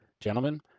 Gentlemen